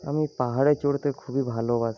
আমি পাহাড়ে চড়তে খুবই ভালোবাসি